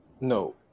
no